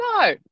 No